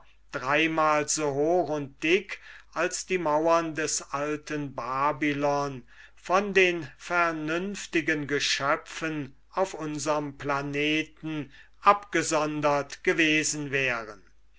dreimal so hoch und dick als die mauern des alten babylons von den vernünftigen geschöpfen auf unserm planeten abgesondert gewesen wären